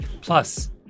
Plus